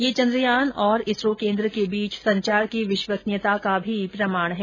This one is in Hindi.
यह चंद्रयान और इसरो केंद्र के बीच संचार की विश्वसनीयता का भी प्रमाण है